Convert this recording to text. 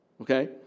okay